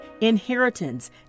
inheritance